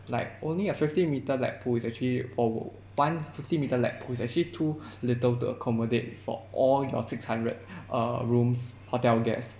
like only a fifty metre lap pool is actually o~ one fifty metre lap pool is actually too little to accommodate for all your six hundred uh rooms hotel guests